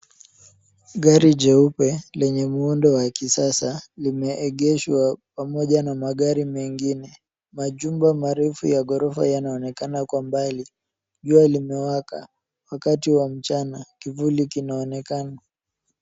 Gari jeupe lenye muundo wa kisasa, limeegeshwa pamoja na magari mengine. Majumba marefu ya ghorofa yanaonekana kwa mbali. Jua limewaka. Ni wakati wa mchana. Kivuli kinaonekana.